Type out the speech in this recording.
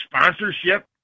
sponsorship